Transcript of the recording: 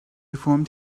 formed